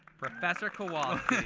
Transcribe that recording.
professor kowalski.